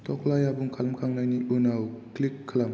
थख्लाइ आबुं खालामखांनायनि उनाव क्लिक खालाम